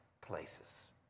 Places